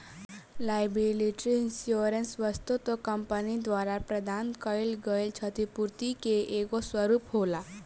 liability insurance वस्तुतः company द्वारा प्रदान कईल गईल छतिपूर्ति के एगो स्वरूप होला